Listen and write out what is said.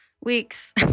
weeks